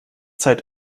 zeit